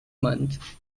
month